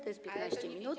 To jest 15 minut.